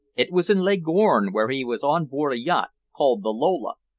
it was in leghorn, where he was on board a yacht called the lola,